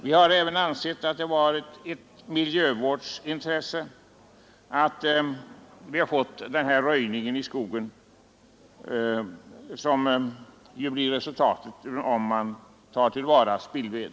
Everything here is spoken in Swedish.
Vi har även ansett att denna uppröjning i skogen, om man tar till vara spillved, är av intresse ur miljövårdssynpunkt.